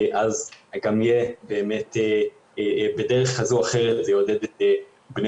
אז בדרך כזו או אחרת זה יעודד את בני